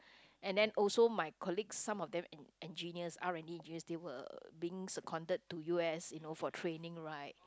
and then also my colleagues some of them en~ engineers R-and-D engineers they were being to U_S you know for training right